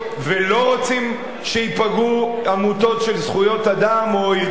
ולא רוצים שייפגעו עמותות של זכויות אדם או ארגוני